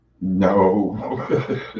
No